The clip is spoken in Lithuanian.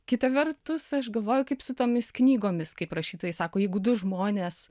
kita vertus aš galvoju kaip su tomis knygomis kaip rašytojai sako jeigu du žmonės